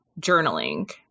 journaling